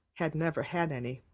had never had any.